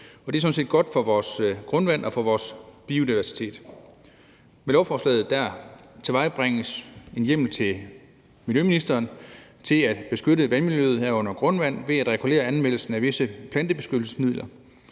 set godt for vores grundvand og for vores biodiversitet. Med lovforslaget tilvejebringes der en hjemmel til miljøministeren til at beskytte vandmiljøet, herunder grundvand, ved at regulere anvendelsen af visse plantebeskyttelsesmidler.